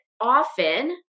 often